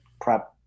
prep